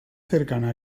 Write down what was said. cercana